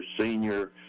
senior